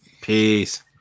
Peace